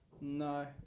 No